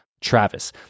Travis